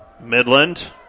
Midland